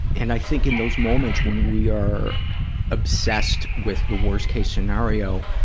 and i think in those moments when we are obsessed with the worst-case scenario,